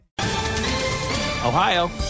Ohio